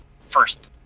first